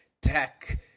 tech